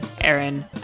Aaron